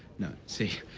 no, see,